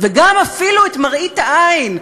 וגם אפילו את מראית העין,